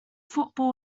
football